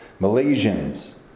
Malaysians